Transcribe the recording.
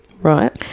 Right